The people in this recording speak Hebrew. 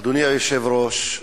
אדוני היושב-ראש,